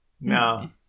No